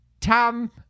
Tom